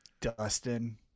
Dustin